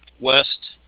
west,